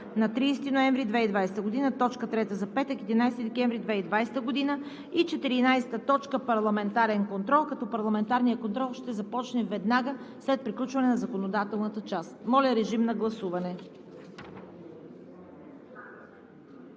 на 30 ноември 2020 г. – точка трета за петък, 11 декември 2020 г. 14. Парламентарен контрол.“ Парламентарният контрол ще започне веднага след приключване на законодателната част. Моля, режим на гласуване.